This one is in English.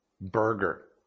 burger